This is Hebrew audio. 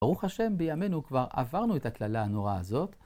ברוך השם בימינו כבר עברנו את הקללה הנוראה הזאת.